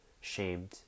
shamed